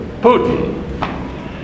Putin